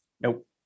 Nope